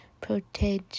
Protege